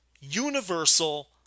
universal